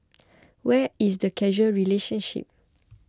where is the causal relationship